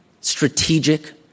strategic